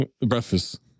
Breakfast